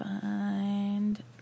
find